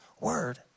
word